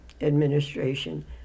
administration